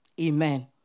Amen